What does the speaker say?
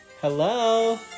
Hello